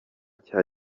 cya